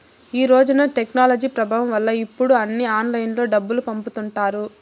ఈ రోజున టెక్నాలజీ ప్రభావం వల్ల ఇప్పుడు అన్నీ ఆన్లైన్లోనే డబ్బులు పంపుతుంటారు